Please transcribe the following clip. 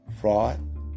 fraud